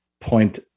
point